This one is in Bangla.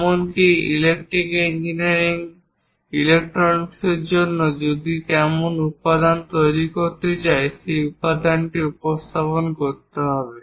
এমনকি ইলেক্ট্রিক ইঞ্জিনিয়ারিং ইলেকট্রনিক্সের জন্যও যদি কেউ এমন একটি উপাদান তৈরি করতে চায় যে উপাদানটিকে উপস্থাপন করতে হবে